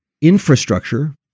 Infrastructure